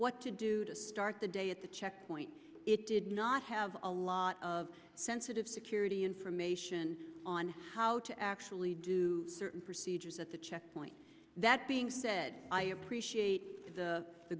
what to do to start the day at the checkpoint it did not have a lot of sensitive security information on how to actually do certain procedures at the checkpoint that being said i appreciate the